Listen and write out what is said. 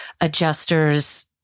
adjusters